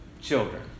children